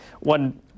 one